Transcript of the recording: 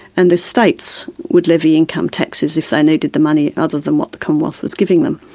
and the states would levy income taxes if they needed the money other than what the commonwealth was giving them.